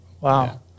wow